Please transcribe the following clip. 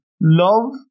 Love